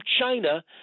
China